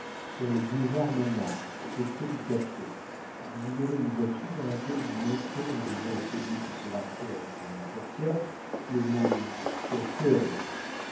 sur le boulevard montmartre auprès du café vous y verrez une voiture dans laquelle vous monterez en disant à celui qui sera prêt à ouvrir la portière le mot